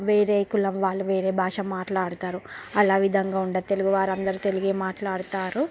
వేరే కులం వాళ్ళు వేరే భాష మాట్లాడతారు అలా విధంగా ఉండే తెలుగు వారందరూ తెలుగే మాట్లాడతారు